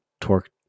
torque